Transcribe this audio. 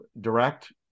direct